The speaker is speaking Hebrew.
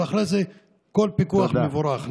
אחרי זה, כל פיקוח מבורך.